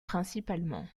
principalement